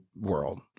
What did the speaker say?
world